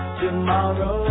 tomorrow